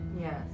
Yes